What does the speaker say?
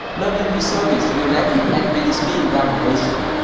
learning this service will let you add many spin variation.